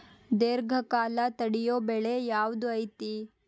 ದೇರ್ಘಕಾಲ ತಡಿಯೋ ಬೆಳೆ ಯಾವ್ದು ಐತಿ?